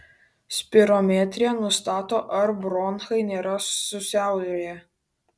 spirometrija nustato ar bronchai nėra susiaurėję